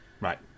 Right